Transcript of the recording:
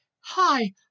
Hi